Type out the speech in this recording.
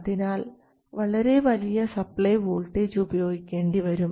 അതിനാൽ വളരെ വലിയ സപ്ലൈ വോൾട്ടേജ് ഉപയോഗിക്കേണ്ടിവരും